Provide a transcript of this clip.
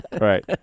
right